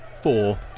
Four